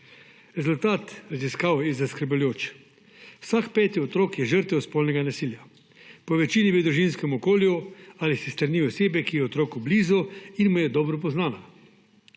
Rezultat raziskav je zaskrbljujoč. Vsak peti otrok je žrtev spolnega nasilja, po večini v družinskem okolju ali s strani osebe, ki je otroku blizu in mu je dobro poznana.